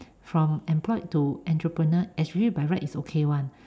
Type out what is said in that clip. from employed to entrepreneur by right is okay [one]